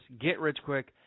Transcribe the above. get-rich-quick